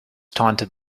taunted